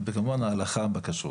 וכמובן ההלכה בכשרות.